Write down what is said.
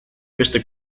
beste